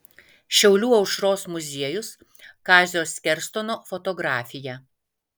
šiaulių aušros muziejus kazio skerstono fotografija